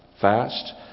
fast